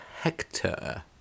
Hector